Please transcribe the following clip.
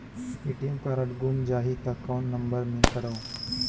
ATM card गुम जाही त कौन नम्बर मे करव?